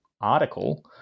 article